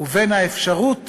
ובין האפשרות